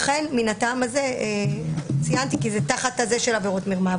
לכן ציינתי כי זה תחת הזה של עבירות מרמה.